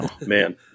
Man